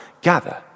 gather